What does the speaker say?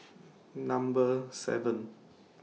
Number seven